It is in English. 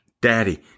daddy